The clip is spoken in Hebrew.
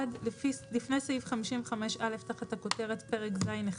לפני סעיף 55א תחת הכותרת פרק ז'1,